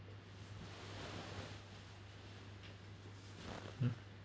mm